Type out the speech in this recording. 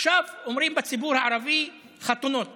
עכשיו אומרים בציבור הערבי, חתונות.